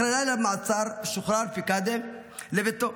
אחרי לילה במעצר שוחרר פיקאדה לביתו.